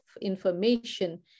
information